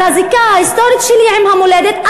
על הזיקה ההיסטורית שלי למולדת,